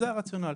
זה הרציונל.